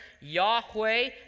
Yahweh